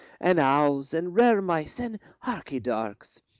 and owls, and rere-mice, and harkydarks,